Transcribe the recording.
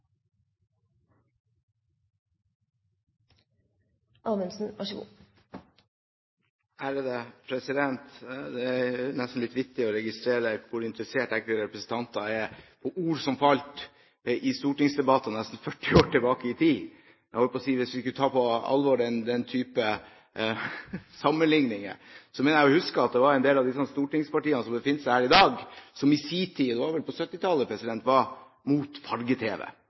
falt i stortingsdebatter nesten 40 år tilbake i tid. Hvis en skal ta på alvor den type sammenligninger, så mener jeg å huske at det var en del av de stortingspartiene som befinner seg her i dag, som i sin tid – det var vel på 70-tallet – var